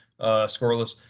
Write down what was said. scoreless